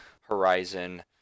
Horizon